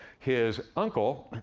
his uncle,